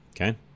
Okay